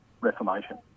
reformation